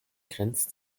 grenzt